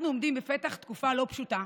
אנחנו עומדים בפתח תקופה לא פשוטה,